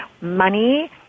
money